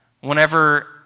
whenever